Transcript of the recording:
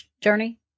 journey